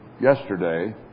yesterday